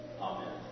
Amen